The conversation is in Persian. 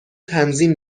تنظیم